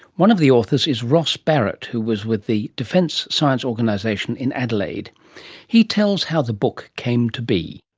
one of the authors is ross barrett, who was with the defence science organisation in adelaide. here he tells how the book came to be.